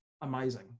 amazing